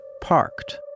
parked